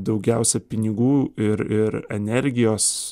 daugiausia pinigų ir ir energijos